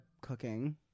cooking